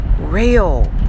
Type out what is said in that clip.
real